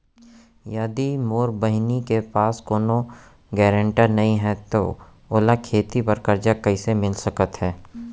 यदि मोर बहिनी के पास कोनो गरेंटेटर नई हे त ओला खेती बर कर्जा कईसे मिल सकत हे?